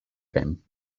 game